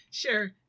Sure